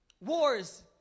Wars